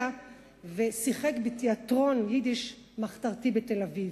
ושיחק בתיאטרון יידיש מחתרתי בתל-אביב.